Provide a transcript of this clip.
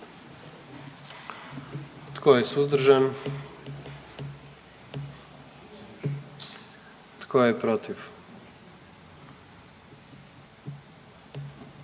Tko je suzdržan? Tko je protiv?